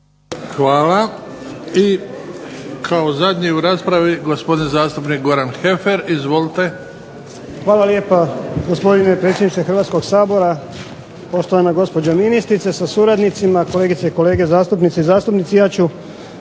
Hvala. I kao zadnji u raspravi, gospodin zastupnik Goran Heffer. Izvolite. **Heffer, Goran (SDP)** Hvala lijepa gospodine predsjedniče Hrvatskog sabora, poštovana gospođo ministrice sa suradnicima, kolegice i kolege zastupnice i zastupnici. Ja ću